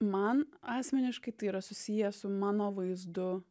man asmeniškai tai yra susiję su mano vaizdu